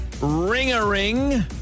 ring-a-ring